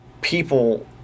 people